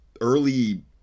early